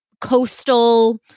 coastal